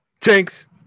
Jinx